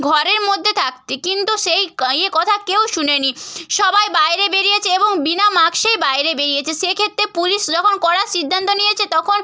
ঘরের মধ্যে থাকতে কিন্তু সেই ক্ ইয়ে কথা কেউ শোনেনি সবাই বাইরে বেরিয়েছে এবং বিনা মাস্কেই বাইরে বেরিয়েছে সেক্ষেত্রে পুলিশ যখন কড়া সিদ্ধান্ত নিয়েছে তখন